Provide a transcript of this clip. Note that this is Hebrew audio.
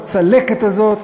הצלקת הזאת,